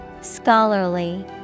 Scholarly